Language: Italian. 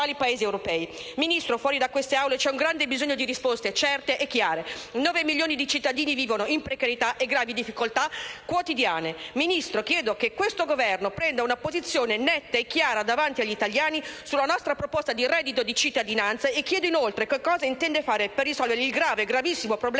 Ministro, fuori da queste Aule c'è un grande bisogno di risposte certe e chiare. Nove milioni di cittadini vivono in precarietà e gravi difficoltà quotidiane. Ministro, chiedo che questo Governo prenda una posizione netta e chiara davanti agli italiani sulla nostra proposta di reddito di cittadinanza e chiedo inoltre cosa intende fare per risolvere il grave, gravissimo, problema dei lavoratori